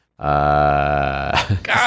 God